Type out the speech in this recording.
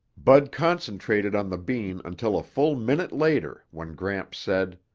bud concentrated on the bean until a full minute later when gramps said,